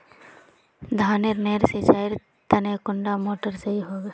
धानेर नेर सिंचाईर तने कुंडा मोटर सही होबे?